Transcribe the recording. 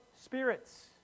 spirits